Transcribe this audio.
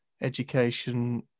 education